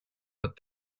but